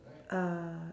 uh